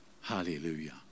Hallelujah